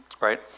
right